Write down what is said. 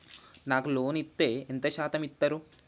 నాకు లోన్ ఇత్తే ఎంత శాతం ఇత్తరు?